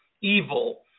evil